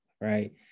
right